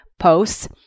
posts